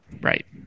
Right